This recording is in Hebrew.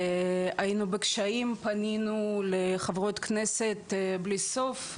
היינו בקשיים, פנינו לחברות כנסת בלי סוף.